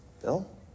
Bill